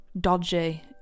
dodgy